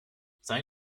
sei